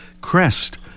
crest